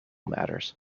matters